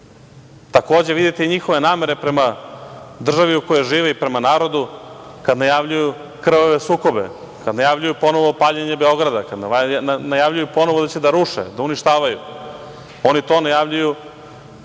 desi. Takođe, vidite i njihove namere prema državi u kojoj žive i prema narodu, kada najavljuju krvave sukobe, kada najavljuju ponovo paljenje Beograda, kada najavljuju ponovo da će da ruše, da uništavaju. Oni to najavljuju